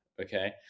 okay